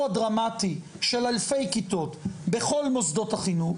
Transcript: הדרמטי של אלפי כיתות בכל מוסדות החינוך,